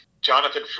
Jonathan